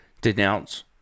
denounce